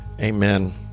Amen